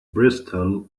bristol